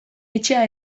etxea